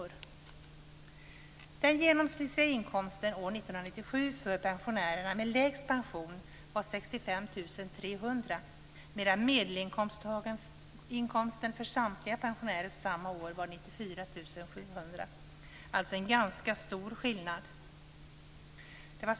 94 700 kr - alltså en ganska stor skillnad.